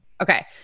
Okay